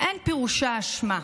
אין פירושה אשמה.